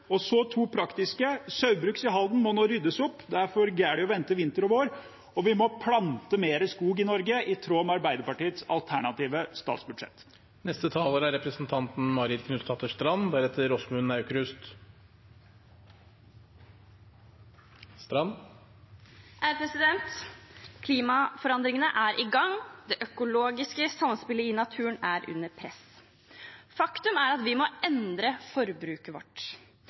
gjør. Så to praktiske forhold: Det må ryddes opp i Saugbrugs i Halden. Det er for galt å vente vinter og vår. Og vi må plante mer skog i Norge, i tråd med Arbeiderpartiets alternative statsbudsjett. Klimaforandringene er i gang. Det økologiske samspillet i naturen er under press. Faktum er at vi må endre forbruket vårt.